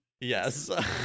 Yes